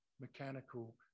mechanical